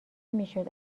میشد